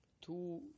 two